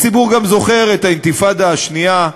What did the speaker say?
הציבור גם זוכר את האינתיפאדה השנייה,